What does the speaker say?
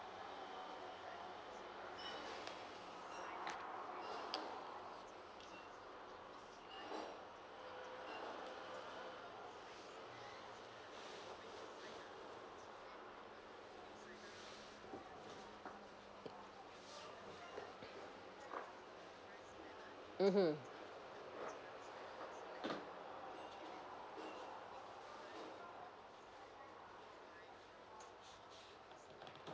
mmhmm